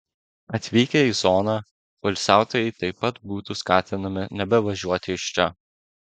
atvykę į zoną poilsiautojai taip pat būtų skatinami nebevažiuoti iš čia